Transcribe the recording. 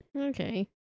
okay